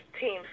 team